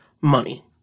money